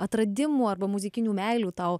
atradimų arba muzikinių meilių tau